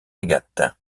agathe